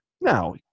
Now